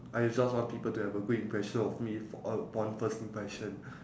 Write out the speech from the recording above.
I just want people to have a great impression of me for upon first impression